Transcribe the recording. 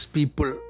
People